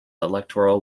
electoral